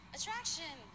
Attraction